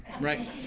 right